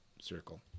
circle